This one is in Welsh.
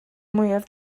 mwyaf